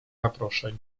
zaproszeń